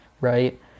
right